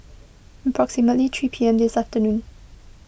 approximately three P M this afternoon